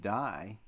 die